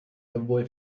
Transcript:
sowohl